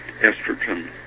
estrogen